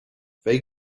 they